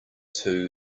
two